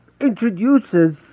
introduces